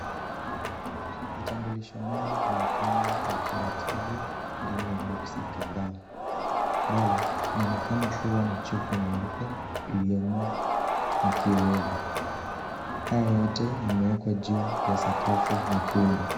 Vitambulisho mingi vimepangwa kwa utaratibu ndani ya boxi kadhaa. Mbele kunaonekana kuwa na chupa nyeupe iliyomo na kioevu. Haya yote yamewekwa juu ya sakafu nyekundu.